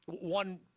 One